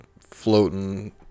floating